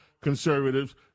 conservatives